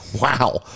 wow